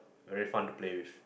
very fun to play with